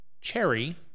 cherry